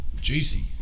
juicy